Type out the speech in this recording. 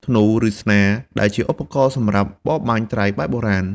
ធ្នូ ឬស្នា ដែលជាឧបករណ៍សម្រាប់បរបាញ់ត្រីបែបបុរាណ។